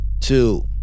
two